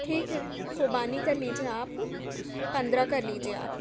ٹھیک ہے خوبانی کر لیجیے آپ پندرہ کر لیجیے آپ